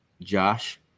Josh